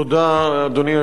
תודה, אדוני היושב-ראש.